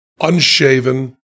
unshaven